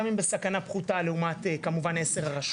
גם אם בסכנה פחותה לעומת אותן עשר רשויות.